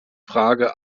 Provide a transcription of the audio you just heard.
frage